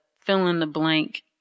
fill-in-the-blank